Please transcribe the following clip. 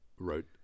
wrote